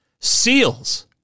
Seals